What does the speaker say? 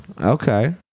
Okay